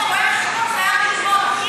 כמו שרואה-חשבון חייב ללמוד x,